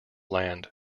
land